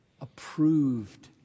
approved